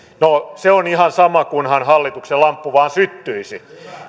no se on ihan sama kunhan hallituksen lamppu vaan syttyisi